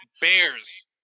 Bears